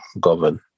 govern